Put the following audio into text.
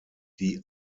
die